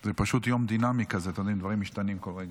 זה פשוט יום דינמי, דברים משתנים כל רגע.